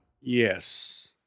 Yes